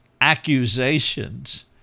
accusations